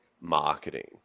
marketing